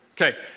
Okay